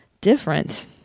different